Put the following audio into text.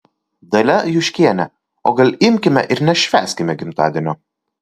dalia juškienė o gal imkime ir nešvęskime gimtadienio